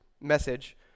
message